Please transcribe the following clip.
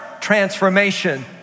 transformation